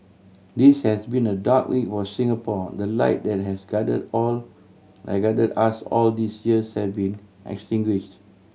this has been a dark week were Singapore the light that has guided or my guided us all these years havee been extinguish